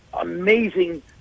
amazing